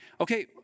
okay